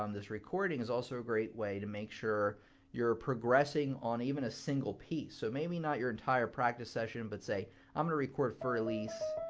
um this recording, is also a great way to make sure you're progressing on even a single piece. so maybe not your entire practice session, but say i'm gonna record fur elise,